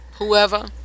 Whoever